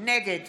נגד